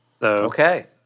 Okay